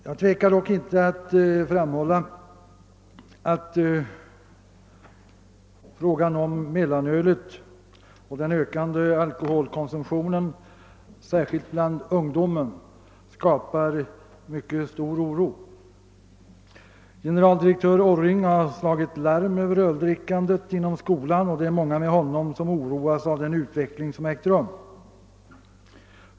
Jag tvekar dock inte att framhålla att frågan om mellanölet och den ökande alkoholkonsumtionen «särskilt bland ungdomen skapar mycket stor oro. Generaldirektör Orring har slagit larm om öldrickandet inom skolan, och det är många med honom som oroas av den utveckling som äger rum.